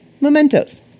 mementos